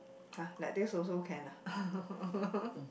[huh] like this also can ah